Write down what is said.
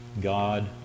God